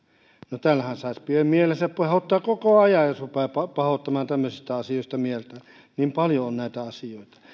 no täällähän saisi pian mielensä pahoittaa koko ajan jos rupeaa pahoittamaan tämmöisistä asioista mieltään niin paljon on näitä asioita